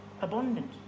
abundant